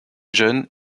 jeune